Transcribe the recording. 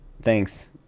thanks